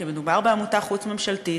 כי מדובר בעמותה חוץ-ממשלתית,